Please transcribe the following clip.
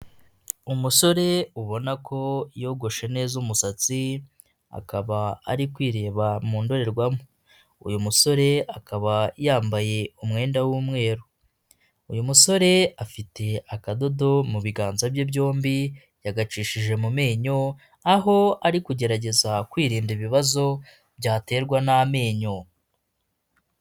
Umusore ubona ko yogoshe neza umusatsi akaba ari kwireba mu ndorerwamo uyu musore akaba yambaye umwenda w'umweru, uyu musore afite akadodo mu biganza bye byombi yagacishije mu menyo aho ari kugerageza kwirinda ibibazo byaterwa n'amenyo.